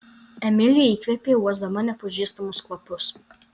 emilė įkvėpė uosdama nepažįstamus kvapus